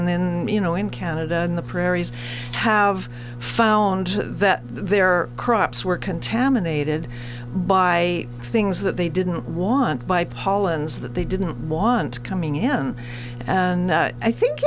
and then you know in canada and the prairie have found that their crops were contaminated by things that they didn't want buy pollens that they didn't want coming in and i think